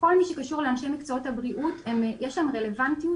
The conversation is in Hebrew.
כל מה שקשור לאנשי מקצועות הבריאות יש שם רלוונטיות